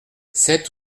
sept